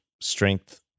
strength